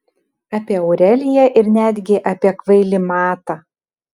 apie aureliją ir netgi apie kvailį matą